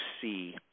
see